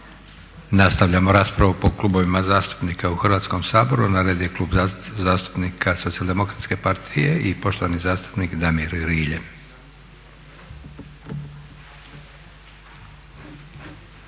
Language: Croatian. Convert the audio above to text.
Nastavljamo raspravu po klubovima zastupnika u Hrvatskom saboru. Na redu je Klub zastupnika Socijaldemokratske partije i poštovani zastupnik Damir Rilje.